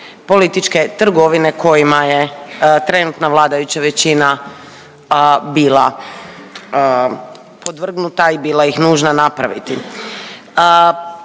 političke trgovine kojima je trenutna vladajuća većina bila podvrgnuta i bila ih nužna napraviti.